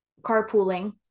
carpooling